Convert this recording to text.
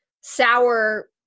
sour